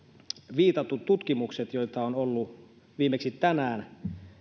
viitatut tutkimukset joita on ollut viimeksi tänään